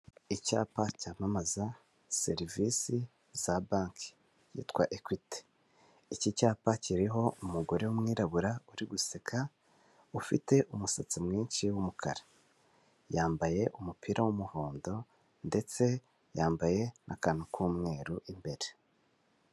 Icyapa cyamamaza serivisi za banke yitwa ekwiti, iki cyapa kiriho umugore w'umwirabura uri guseka ufite umusatsi mwinshi w'umukara, yambaye umupira w'umuhondo ndetse yambaye akantu k'umweru imbere.